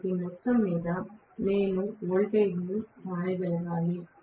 కాబట్టి మొత్తంమీద నేను వోల్టేజ్ను వ్రాయగలగాలి